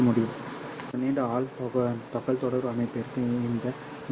எனவே ஒரு நீண்ட ஹால் தகவல்தொடர்பு அமைப்பிற்கு இந்த 100 கி